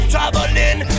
Traveling